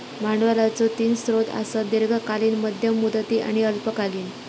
भांडवलाचो तीन स्रोत आसत, दीर्घकालीन, मध्यम मुदती आणि अल्पकालीन